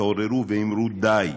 התעוררו ואמרו: די,